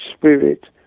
spirit